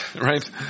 right